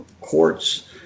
Courts